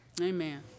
Amen